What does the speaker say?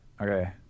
Okay